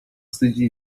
wstydzi